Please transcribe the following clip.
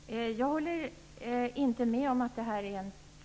Fru talman! Jag håller inte med om att rapporten